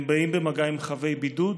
הם באים במגע עם חבי בידוד,